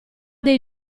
dei